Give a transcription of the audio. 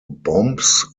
bombs